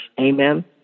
Amen